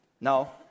No